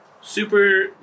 super